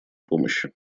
помощи